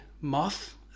muff